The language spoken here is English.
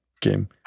game